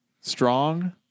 Strong